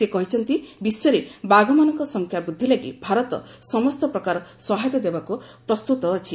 ସେ କହିଛନ୍ତି ବିଶ୍ୱରେ ବାଘମାନଙ୍କ ସଂଖ୍ୟା ବୃଦ୍ଧି ଲାଗି ଭାରତ ସମସ୍ତ ପ୍ରକାର ସହାୟତା ଦେବାକୁ ପ୍ରସ୍ତୁତ ଅଛି